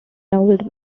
old